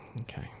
Okay